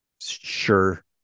sure